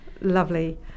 lovely